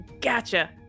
gotcha